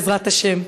בעזרת השם.